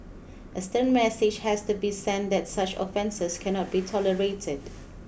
a stern message has to be sent that such offences cannot be tolerated